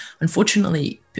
Unfortunately